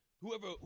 Whoever